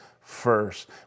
first